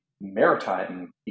maritime